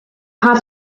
have